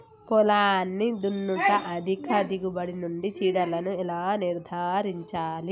పొలాన్ని దున్నుట అధిక దిగుబడి నుండి చీడలను ఎలా నిర్ధారించాలి?